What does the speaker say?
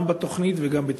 גם בתוכנית וגם בתקצוב.